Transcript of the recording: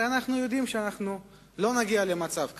הרי אנחנו יודעים שאנחנו לא נגיע למצב כזה.